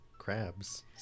crabs